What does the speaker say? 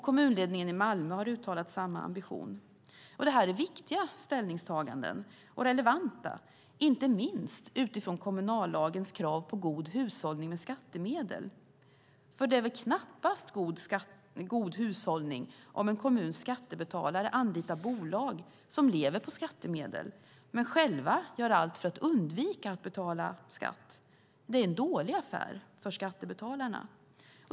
Kommunledningen i Malmö har uttalat samma ambition. Det här är viktiga ställningstaganden och relevanta, inte minst utifrån kommunallagens krav på god hushållning med skattemedel. Det är väl knappast god hushållning om en kommuns skattebetalare anlitar bolag som lever på skattemedel men själva gör allt för att undvika att betala skatt. Det är en dålig affär för skattebetalarna.